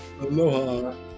Aloha